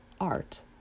art